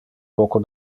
poco